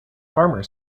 farmer